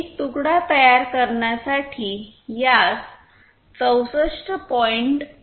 एक तुकडा तयार करण्यासाठी यास 64